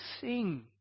sing